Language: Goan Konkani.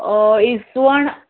इस्वण